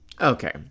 Okay